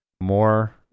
More